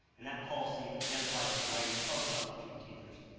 and that policy identifies the rights of substitute teachers,